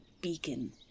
beacon